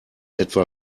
etwa